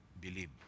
believe